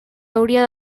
hauria